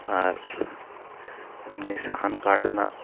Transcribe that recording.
ᱟᱨ ᱱᱤᱭᱟᱹ ᱥᱟᱦᱟᱱ ᱠᱟᱴ ᱨᱮᱱᱟᱜ